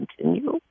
continue